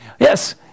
Yes